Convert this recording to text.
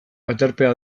aterpea